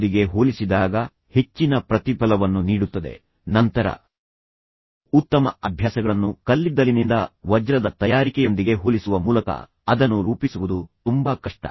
ಅದು ಒಂದು ಸುವರ್ಣ ಅಭ್ಯಾಸದಂತಿದೆ ನಂತರ ನೀವು ಉತ್ತಮ ಅಭ್ಯಾಸಗಳನ್ನು ಕಲ್ಲಿದ್ದಲಿನಿಂದ ವಜ್ರದ ತಯಾರಿಕೆಯೊಂದಿಗೆ ಹೋಲಿಸುವ ಮೂಲಕ ಅದನ್ನು ರೂಪಿಸುವುದು ತುಂಬಾ ಕಷ್ಟ